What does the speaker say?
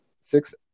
six